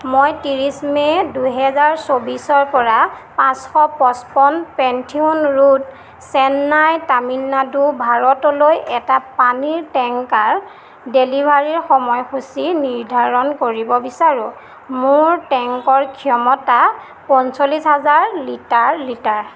মই ত্ৰিছ মে' দুহেজাৰ চৌবিছৰপৰা পাঁচশ পঁচপন্ন পেন্থিওন ৰোড চেন্নাই তামিলনাডু ভাৰতলৈ এটা পানীৰ টেংকাৰ ডেলিভাৰীৰ সময়সূচী নিৰ্ধাৰণ কৰিব বিচাৰোঁ মোৰ টেংকৰ ক্ষমতা পঞ্চল্লিছ হাজাৰ লিটাৰ লিটাৰ